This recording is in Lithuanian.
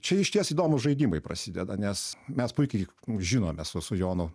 čia išties įdomūs žaidimai prasideda nes mes puikiai žinome su su jonu